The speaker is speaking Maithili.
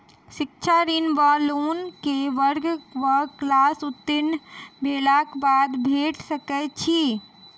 शिक्षा ऋण वा लोन केँ वर्ग वा क्लास उत्तीर्ण भेलाक बाद भेट सकैत छी?